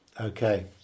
Okay